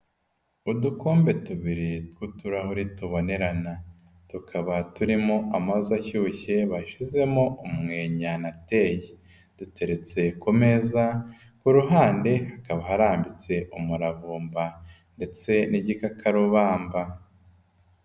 Udukombe tubiri tw'utuhure tubonerana, tukaba turimo amazi ashyushye bashyizemo umwenya na teyi, duteretse ku meza, ku ruhande hakaba harambitse umuravumba ndetse n'igikakarubamba.